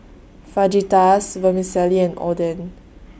Fajitas Vermicelli and Oden